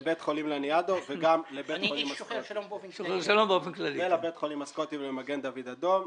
לבית חולים לניאדו ולבית החולים הסקוטי ומגן דוד אדום.